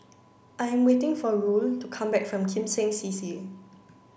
I am waiting for Roel to come back from Kim Seng C C